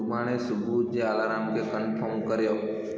सुभाणे सुबुह जे अलार्म खे कंफर्म करियो